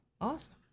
Awesome